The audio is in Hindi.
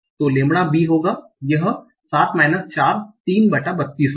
तो लैंबडा b होगा यह 7 माइनस 4 3 बटा 32 होगा